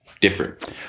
different